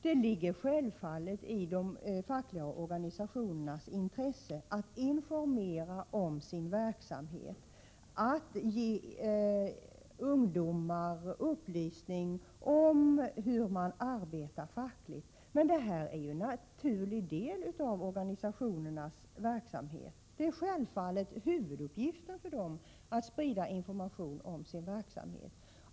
Det ligger självfallet i de fackliga organisationernas intresse att informera om sin verksamhet och ge ungdomar upplysningar om hur man arbetar fackligt. Men detta är ju en naturlig del av organisationernas verksamhet. Det är självfallet en huvuduppgift för organisationerna att sprida information om sin verksamhet.